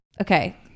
Okay